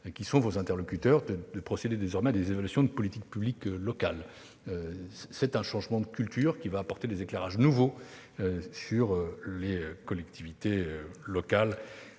qui sont vos interlocuteurs, de procéder désormais à des évaluations de politiques publiques locales. C'est un changement de culture, qui apportera de nouveaux éclairages sur les collectivités territoriales.